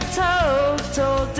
total